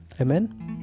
Amen